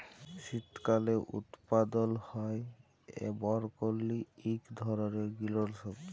শীতকালে উৎপাদল হ্যয় বরকলি ইক ধরলের গিরিল সবজি